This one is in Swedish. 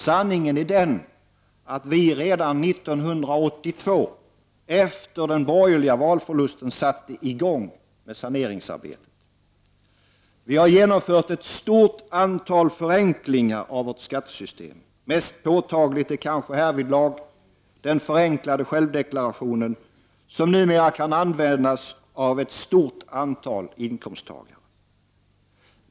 Sanningen är den att vi redan 1982 — efter den borgerliga valförlusten — satte i gång med saneringsarbetet. Vi har genomfört ett stort antal förenklingar av vårt skattesystem. Mest påtaglig är kanske härvidlag den förenklade självdeklarationen, som numera kan användas av ett stort antal inkomsttagare.